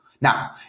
Now